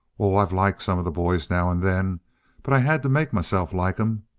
oh, i've liked some of the boys now and then but i had to make myself like em.